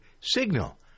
signal